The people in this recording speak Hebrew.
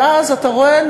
ואז אתה רואה,